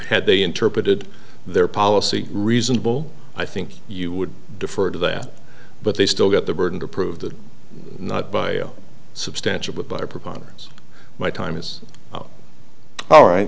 had they interpreted their policy reasonable i think you would defer to that but they still got the burden to prove that not by substantial but by preponderance my time is all right